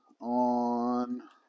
on